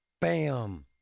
Bam